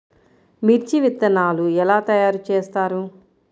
మిర్చి విత్తనాలు ఎలా తయారు చేస్తారు?